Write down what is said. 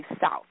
South